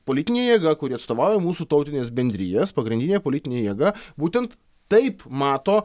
politinė jėga kuri atstovauja mūsų tautines bendrijas pagrindinė politinė jėga būtent taip mato